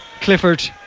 clifford